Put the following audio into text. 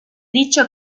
dicho